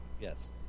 yes